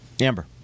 Amber